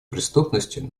преступностью